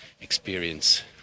experience